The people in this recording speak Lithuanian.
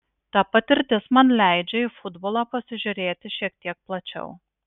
ta patirtis man leidžia į futbolą pasižiūrėti šiek tiek plačiau